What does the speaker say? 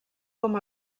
com